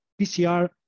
PCR